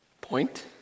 Point